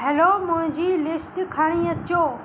hello मुंहिंजी lists खणी अचो